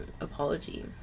apology